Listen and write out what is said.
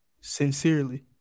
Sincerely